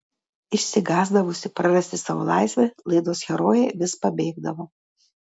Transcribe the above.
išsigąsdavusi prarasti savo laisvę laidos herojė vis pabėgdavo